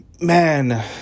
man